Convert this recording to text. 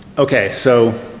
okay, so,